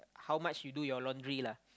how much you do your laundry lah